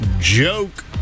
Joke